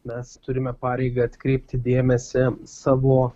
mes turime pareigą atkreipti dėmesį savo